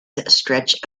stretch